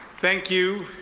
thank you,